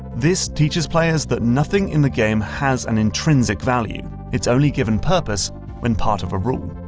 this teaches players that nothing in the game has an intrinsic value it's only given purpose when part of a rule.